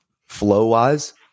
flow-wise